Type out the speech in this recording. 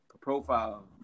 profile